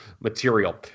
material